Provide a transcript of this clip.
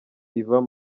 ivan